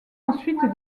ensuite